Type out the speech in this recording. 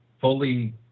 fully